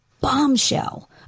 bombshell